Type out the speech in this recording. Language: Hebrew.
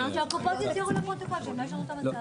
שהקופות יצהירו לפרוטוקול שהם לא ישנו את המצב.